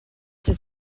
his